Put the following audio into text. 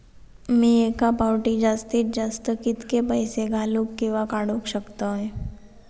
मी एका फाउटी जास्तीत जास्त कितके पैसे घालूक किवा काडूक शकतय?